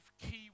key